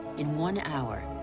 in one hour,